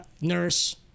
nurse